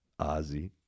Ozzy